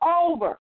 over